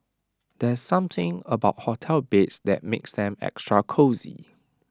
there's something about hotel beds that makes them extra cosy